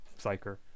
psyker